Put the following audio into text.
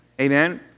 Amen